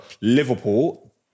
Liverpool